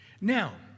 Now